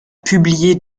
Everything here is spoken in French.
publié